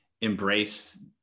embrace